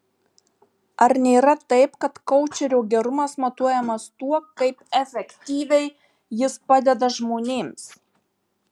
ar nėra taip kad koučerio gerumas matuojamas tuo kaip efektyviai jis padeda žmonėms